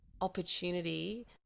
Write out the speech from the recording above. opportunity